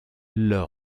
leur